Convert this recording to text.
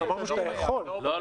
לא,